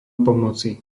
pomoci